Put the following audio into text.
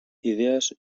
idees